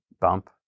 bump